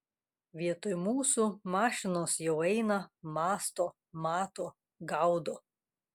vietoj mūsų mašinos jau eina mąsto mato gaudo